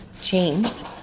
James